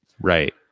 Right